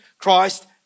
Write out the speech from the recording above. Christ